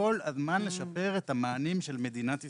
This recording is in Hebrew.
כל הזמן לשפר את המענים של מדינת ישראל.